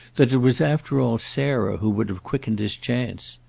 that it was after all sarah who would have quickened his chance.